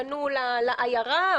פנו לעיירה,